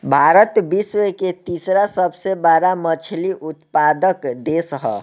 भारत विश्व के तीसरा सबसे बड़ मछली उत्पादक देश ह